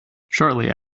shortly